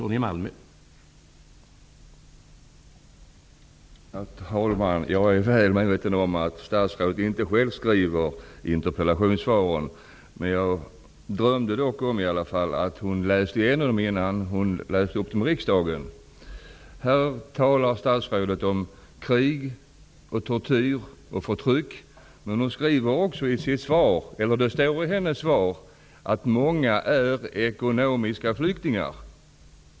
Herr talman! Jag är väl medveten om att statsrådet inte själv skriver interpellationssvaren, men jag drömde dock om att hon i alla fall läste igenom dem innan hon läste upp dem i riksdagen. Här talar statsrådet om krig och tortyr och förtryck, men det står också i hennes svar att många är ekonomiska flyktingar.